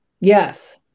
Yes